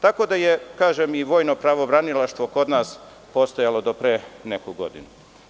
Tako da je i vojno pravobranilaštvo kod nas postojalo do pre neku godinu.